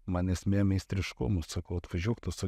man esmė meistriškumu sakau atvažiuok tu su